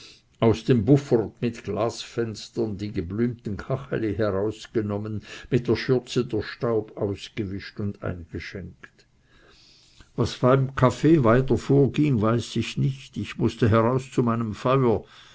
aus dem buffert mit glasfenstern die geblümten kacheli herausgenommen mit der schürze der staub ausgewischt und eingeschenkt was beim kaffee weiter vorging weiß ich nicht ich mußte heraus zu meinem feuer